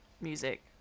music